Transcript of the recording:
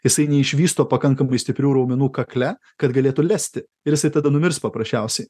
jisai neišvysto pakankamai stiprių raumenų kakle kad galėtų lesti ir jisai tada numirs paprasčiausiai